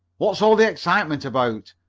what's all the excitement about?